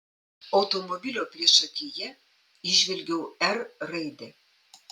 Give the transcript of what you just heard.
automobilio priešakyje įžvelgiau r raidę